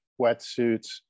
wetsuits